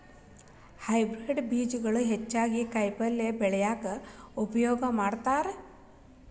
hybrid ಬೇಜಗಳು ಹೆಚ್ಚಾಗಿ ಕಾಯಿಪಲ್ಯ ಬೆಳ್ಯಾಕ ಉಪಯೋಗ ಮಾಡತಾರ